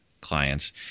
clients